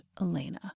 Elena